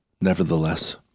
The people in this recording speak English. Nevertheless